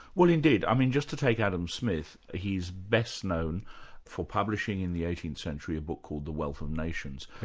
well, indeed. i mean just to take adam smith, he's best-known for publishing in the eighteenth century, a book called the wealth of nations,